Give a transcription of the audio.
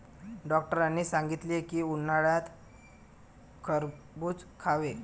डॉक्टरांनी सांगितले की, उन्हाळ्यात खरबूज खावे